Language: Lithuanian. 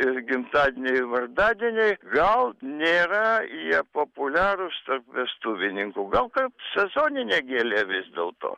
ir gimtadieniai vardadieniai gal nėra jie populiarūs tarp vestuvininkų gal ka sezoninė gėlė vis dėlto